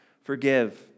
forgive